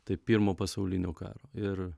tai pirmo pasaulinio karo ir